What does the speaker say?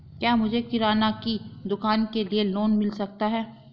क्या मुझे किराना की दुकान के लिए लोंन मिल सकता है?